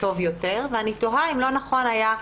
ואני תוהה אם לא נכון היה,